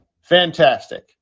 fantastic